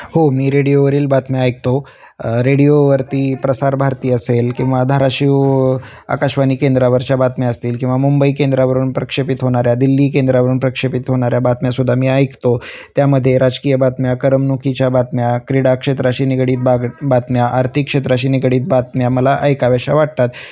हो मी रेडिओवरील बातम्या ऐकतो रेडिओवरती प्रसारभारती असेल किंवा धाराशिव आकाशवाणी केंद्रावरच्या बातम्या असतील किंवा मुंबई केंद्रावरून प्रक्षेपित होणाऱ्या दिल्ली केंद्रावरून प्रक्षेपित होणाऱ्या बातम्या सुद्धा मी ऐकतो त्यामध्ये राजकीय बातम्या करमणुकीच्या बातम्या क्रीडाक्षेत्राशी निगडित बाग बातम्या आर्थिक क्षेत्राशी निगडित बातम्या मला ऐकाव्याशा वाटतात